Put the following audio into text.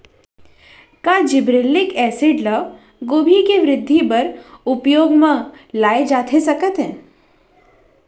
का gibberellic acid ल गोभी के वृद्धि बर उपयोग म लाये जाथे सकत हे?